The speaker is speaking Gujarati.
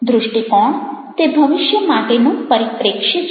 દૃષ્ટિકોણ તે ભવિષ્ય માટેનો પરિપ્રેક્ષ્ય છે